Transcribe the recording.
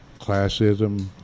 classism